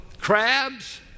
crabs